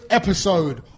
episode